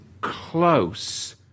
close